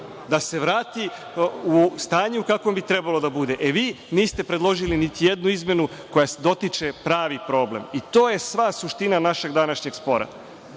da se vrati u stanje u kakvom bi trebalo da bude. Vi niste predložili niti jednu izmenu koja dotiče pravi problem i to je sva suština našeg današnjeg spora.